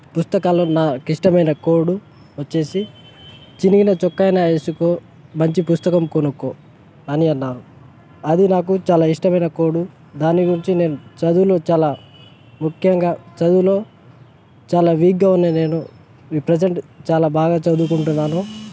పుస్తకాలలో నాకు ఇష్టమైన కోడు వచ్చి చినిగిన చొక్కా అయినా వేసుకో మంచి పుస్తకం కొనుక్కో అని అన్నారు అది నాకు చాలా ఇష్టమైన కోడు దాని గురించి నేను చదువులో చాలా ముఖ్యంగా చదువులో చాలా వీక్గా ఉన్నా నేను ఈ ప్రెసెంట్ చాలా బాగా చదువుకుంటున్నాను